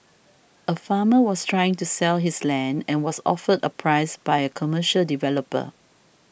a farmer was trying to sell his land and was offered a price by a commercial developer